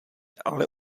ale